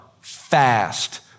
fast